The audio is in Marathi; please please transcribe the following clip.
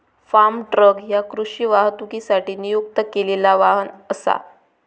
फार्म ट्रक ह्या कृषी वाहतुकीसाठी नियुक्त केलेला वाहन असा